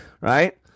Right